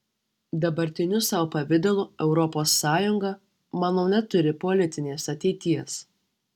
dabartiniu savo pavidalu europos sąjunga manau neturi politinės ateities